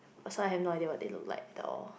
sorry I've no idea what they look like at all